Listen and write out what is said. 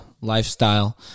lifestyle